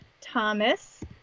Thomas